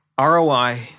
ROI